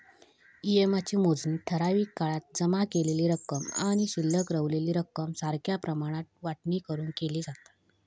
EMI ची मोजणी ठराविक काळात जमा केलेली रक्कम आणि शिल्लक रवलेली रक्कम सारख्या प्रमाणात वाटणी करून केली जाता